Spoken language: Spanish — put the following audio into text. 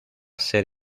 ser